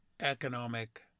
economic